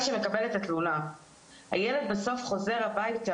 שמקבל את התלונה בודק אחרי שהילד חוזר הביתה,